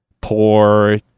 poor